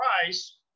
price